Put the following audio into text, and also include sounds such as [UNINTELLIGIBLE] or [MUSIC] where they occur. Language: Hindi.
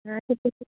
[UNINTELLIGIBLE]